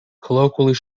colloquially